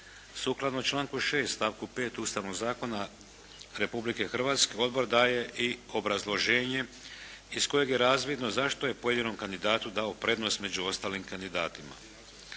Sukladno članku 6. stavku 5. Ustavnog zakona Republike Hrvatske, odbor daje i obrazloženje iz kojeg je razvidno zašto je pojedinom kandidatu dao prednost među ostalim kandidatima.